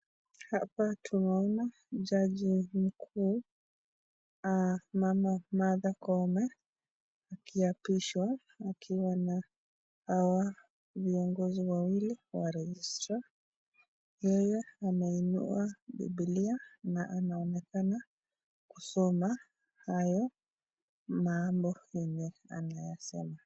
Hapa tunaona jaji mkuu mama Martha Koome akiapishwa akiwa na hawa viongozi wawili wa registar ,yeye ameinua bibilia na anaonekana kusoma hayo mambo yenye anayasema.